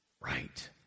Right